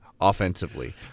offensively